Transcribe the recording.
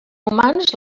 humans